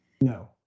No